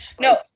No